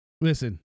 Listen